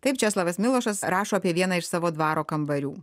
taip česlovas milošas rašo apie vieną iš savo dvaro kambarių